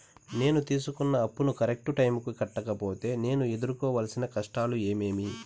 నేను తీసుకున్న అప్పును కరెక్టు టైముకి కట్టకపోతే నేను ఎదురుకోవాల్సిన కష్టాలు ఏమీమి?